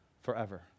forever